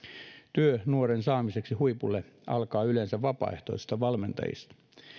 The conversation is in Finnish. työ nuoren saamiseksi huipulle alkaa yleensä vapaaehtoisista valmentajista